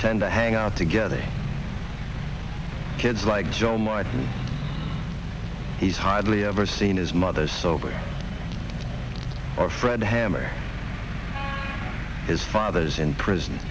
tend to hang out together kids like joe martin he's hardly ever seen his mother's sober or fred hammer his father is in prison